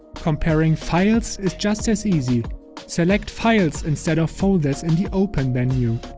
comparing files is just as easy select files instead of folders in the open menu.